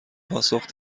پاسخ